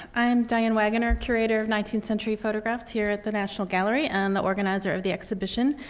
i'm diane waggoner, curator of nineteenth century photographs here at the national gallery and the organizer of the exhibition,